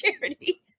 charity